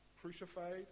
crucified